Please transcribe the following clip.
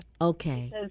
okay